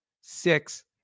six